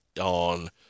on